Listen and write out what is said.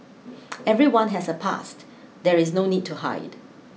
everyone has a past there is no need to hide